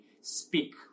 speak